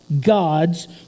God's